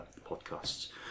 podcasts